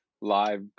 live